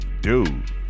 Dude